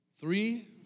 Three